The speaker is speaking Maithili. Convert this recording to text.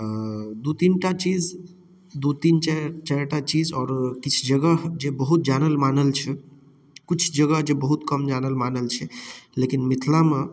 दू तीनटा चीज दू तीन चारिटा चीज आओर किछु जगह जे बहुत जानल मानल छै किछु जगह जे बहुत कम जानल मानल छै लेकिन मिथिलामे